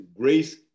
grace